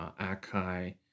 Akai